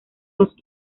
dos